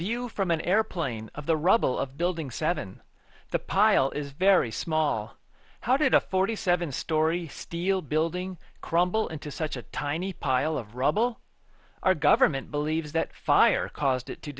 view from an airplane of the rubble of building seven the pile is very small how did a forty seven story steel building crumble into such a tiny pile of rubble our government believes that fire caused it to